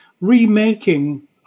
remaking